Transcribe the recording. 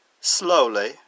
slowly